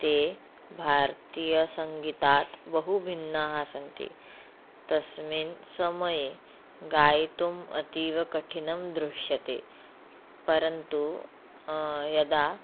ते भारतीयसङ्गीतात् बहु भिन्नाः सन्ति तस्मिन् समये गातुम् अतीवकठिनं दृश्यते परन्तु यदा